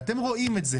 ואתם רואים את זה.